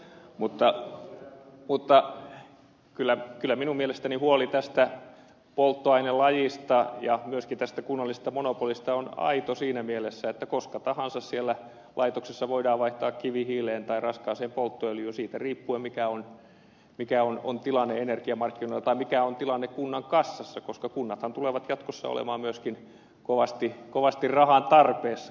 mutta kyllä minun mielestäni huoli tästä polttoainelajista ja myöskin tästä kunnallisesta monopolista on aito siinä mielessä että koska tahansa siellä laitoksessa voidaan vaihtaa kivihiileen tai raskaaseen polttoöljyyn siitä riippuen mikä on tilanne energiamarkkinoilla tai mikä on tilanne kunnan kassassa koska kunnathan tulevat jatkossa olemaan myöskin kovasti rahan tarpeessa